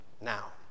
now